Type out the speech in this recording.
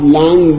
long